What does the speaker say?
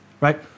right